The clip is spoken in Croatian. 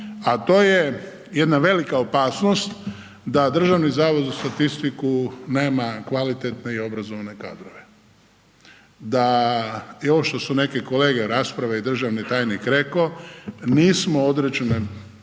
a to je jedna velika opasnost da Državni zavod za statistiku nema kvalitetne i obrazovne kadrove, da i ovo što su neki kolege u raspravi i državni tajnik rekao nismo određene